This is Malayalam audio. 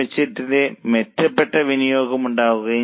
8 ന്റെ മെച്ചപ്പെട്ട വിനിയോഗം ഉണ്ടാകും